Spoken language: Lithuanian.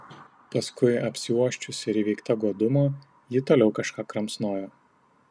paskui apsiuosčiusi ir įveikta godumo ji toliau kažką kramsnojo